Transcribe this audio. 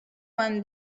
one